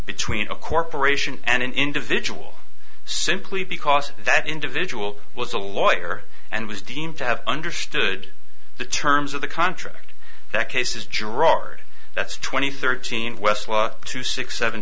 between a corporation and an individual simply because that individual was a lawyer and was deemed to have understood the terms of the contract that cases gerard that's twenty thirteen westlaw to six seven